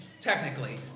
technically